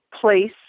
place